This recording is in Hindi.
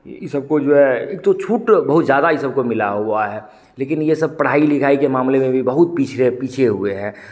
ये सब को जो है एक तो छूट बहुत ज़्यादा ये सब को मिला हुआ है लेकिन ये सब पढ़ाई लिखाई के मामले में भी बहुत पिछड़े पीछे हुए हैं